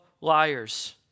liars